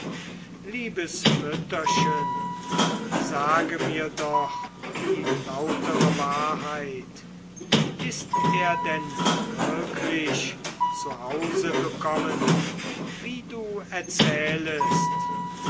liebes mütterchen sage mir doch die lautere wahrheit ist er denn wirklich zu hause gekommen wie du erzählest